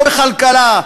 לא בכלכלה,